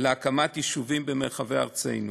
להקמת יישובים במרחבי ארצנו.